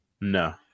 No